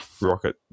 rocket